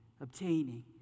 obtaining